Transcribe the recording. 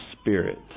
Spirit